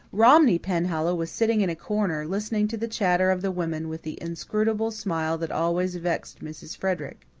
romney penhallow was sitting in a corner, listening to the chatter of the women, with the inscrutable smile that always vexed mrs. frederick.